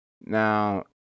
Now-